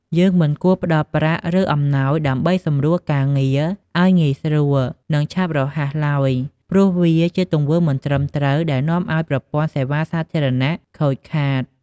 យើងមិនគួរផ្ដល់ប្រាក់ ឬអំណោយដើម្បីសម្រួលការងារឲ្យងាយស្រួល និងឆាប់រហ័សឡើយ ព្រោះវាជាទង្វើមិនត្រឹមត្រូវដែលនាំឲ្យប្រព័ន្ធសេវាសាធារណៈខូចខាត។